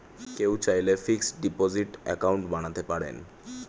কেউ চাইলে fixed deposit account বানাতে পারেন